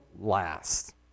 last